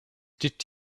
did